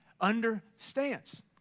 understands